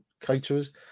caterers